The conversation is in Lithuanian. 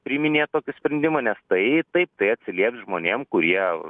priiminėt tokį sprendimą nes tai taip tai atsilieps žmonėm kurie